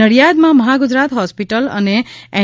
નડિયાદમાં Maha Gujarat hospital અને N